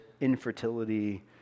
infertility